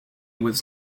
was